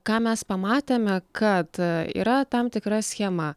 ką mes pamatėme kad yra tam tikra schema